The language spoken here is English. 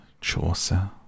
Chaucer